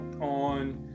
on